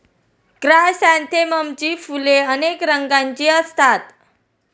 क्रायसॅन्थेममची फुले अनेक रंगांची असतात